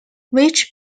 which